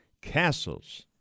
castles